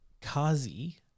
Kazi